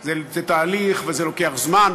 זה תהליך וזה לוקח זמן,